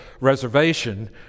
reservation